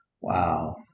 Wow